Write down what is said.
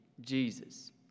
Jesus